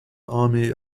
army